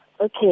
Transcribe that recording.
Okay